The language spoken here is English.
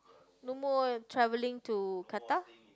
no more traveling to Qatar